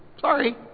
Sorry